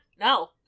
No